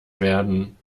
werden